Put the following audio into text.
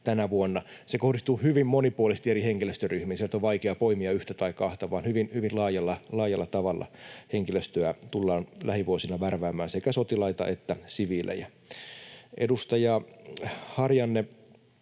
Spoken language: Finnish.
Se kohdistuu hyvin monipuolisesti eri henkilöstöryhmiin. Sieltä on vaikea poimia yhtä tai kahta, vaan hyvin laajalla tavalla henkilöstöä tullaan lähivuosina värväämään, sekä sotilaita että siviilejä. Edustaja Harjanne,